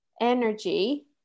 energy